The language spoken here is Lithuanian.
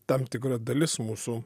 tam tikra dalis mūsų